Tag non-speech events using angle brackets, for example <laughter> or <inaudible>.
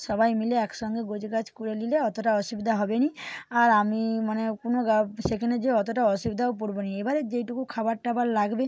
সবাই মিলে একসঙ্গে গোছগাছ করে নিলে অতটা অসুবিধা হবে না আর আমি মানে কোনও <unintelligible> সেখানে যেয়ে অতটা অসুবিধায়ও পড়ব না এবারে যেইটুকু খাবার টাবার লাগবে